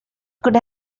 could